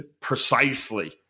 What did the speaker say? precisely